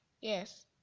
yes